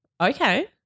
Okay